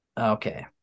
Okay